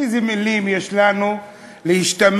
איזה מילים יש לנו להשתמש,